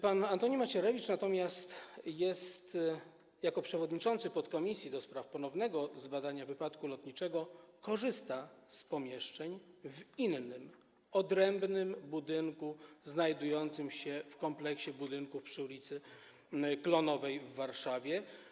Pan Antoni Macierewicz natomiast jako przewodniczący podkomisji do spraw ponownego zbadania wypadku lotniczego korzysta z pomieszczeń w innym, odrębnym budynku znajdującym się w kompleksie budynków przy ul. Klonowej w Warszawie.